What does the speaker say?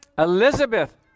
Elizabeth